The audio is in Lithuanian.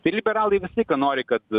tai liberalai visą laiką nori kad